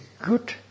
good